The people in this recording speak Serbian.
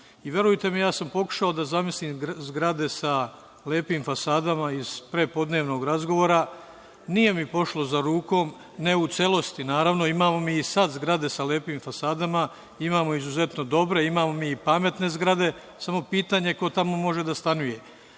javnost? Verujte mi, ja sam pokušao da zamislim zgrade sa lepim fasadama iz prepodnevnog razgovora, ali nije mi pošlo za rukom. Naravno, ne u celosti. Imamo mi i sad zgrade sa lepim fasadama, imamo izuzetno dobre, imamo i pametne zgrade, samo je pitanje ko tamo može da stanuje. Ako